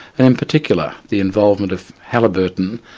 and in particular the involvement of halliburton,